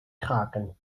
kraken